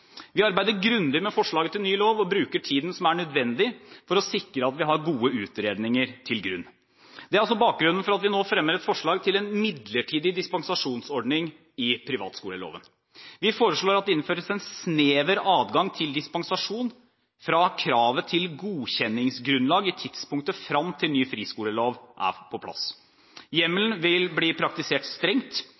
Vi arbeider grundig med forslaget til ny lov og bruker tiden som er nødvendig, for å sikre at gode utredninger ligger til grunn. Det er også bakgrunnen for at vi nå fremmer et forslag om en midlertidig dispensasjonsordning i privatskoleloven. Vi foreslår at det innføres en snever adgang til dispensasjon fra kravet til godkjenningsgrunnlag i tidspunktet frem til en ny friskolelov er på plass. Hjemmelen vil bli praktisert strengt,